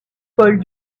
paul